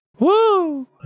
Woo